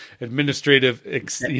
administrative